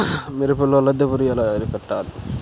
మిరపలో లద్దె పురుగు ఎలా అరికట్టాలి?